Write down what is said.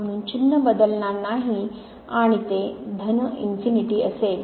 म्हणून चिन्ह बदलणार नाही आणि ते धन इन्फिनीटी असेल